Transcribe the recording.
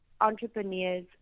entrepreneurs